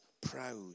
proud